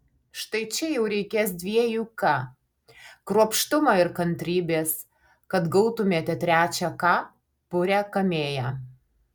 štai čia jau reikės dviejų k kruopštumo ir kantrybės kad gautumėte trečią k purią kamėją